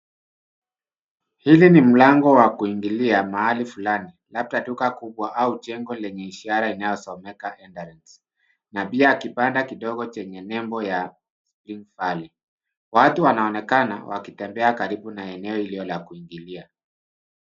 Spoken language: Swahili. Hili ni mlango wa kuingilia mahali fulani. Labda duka kubwa au jengo lenye ishara inayosomeka hindrance .Pia kibanda kidogo chenye nembo ya spring valley. Watu wanaonekana wakitembea karibu na eneo hilo la kuingilia.